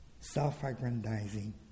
self-aggrandizing